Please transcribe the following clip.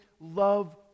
love